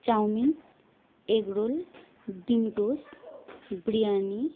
chowmein egg roll ডিম toast biryani